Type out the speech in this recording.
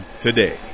today